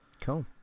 Cool